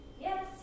Yes